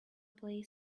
play